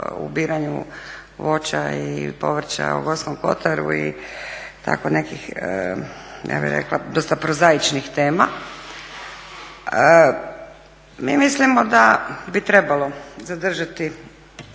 ubiranju voća i povrća u Gorskom Kotaru i tako nekih ja bih rekla dosta prozaičnih tema, mi mislimo da bi trebalo zadržati.